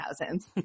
thousands